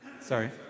Sorry